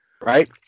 right